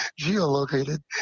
geolocated